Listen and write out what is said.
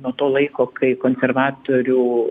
nuo to laiko kai konservatorių